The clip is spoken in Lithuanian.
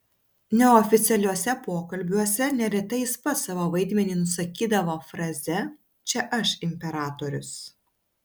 neoficialiuose pokalbiuose neretai jis pats savo vaidmenį nusakydavo fraze čia aš imperatorius